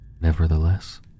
Nevertheless